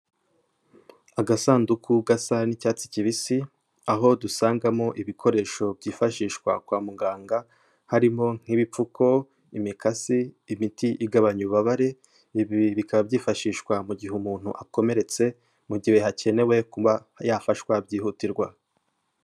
Agasanduku gasa n'icyatsi kibisi, aho dusangamo ibikoresho byifashishwa kwa muganga, harimo nk'ibipfuko, imikasi, imiti igabanya ububabare, ibi bikaba byifashishwa mu gihe umuntu akomeretse mu gihe hakenewe kuba yafashwa byihutirwa.